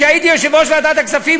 שהייתי יושב-ראש ועדת הכספים,